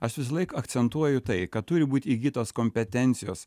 aš visą laik akcentuoju tai kad turi būti įgytos kompetencijos